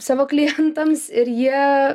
savo klientams ir jie